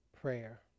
prayer